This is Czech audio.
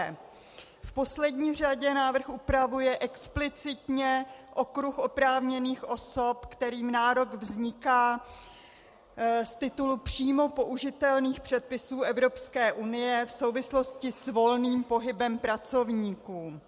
V poslední řadě návrh upravuje explicitně okruh oprávněných osob, kterým nárok vzniká z titulu příjmu použitelných předpisů Evropské unie v souvislosti s volným pohybem pracovníků.